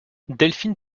delphine